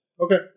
Okay